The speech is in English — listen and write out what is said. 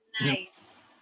Nice